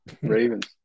Ravens